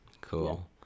Cool